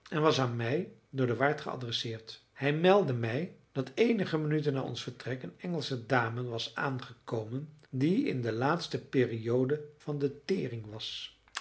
en was aan mij door den waard geadresseerd hij meldde mij dat eenige minuten na ons vertrek een engelsche dame was aangekomen die in de laatste periode van de tering was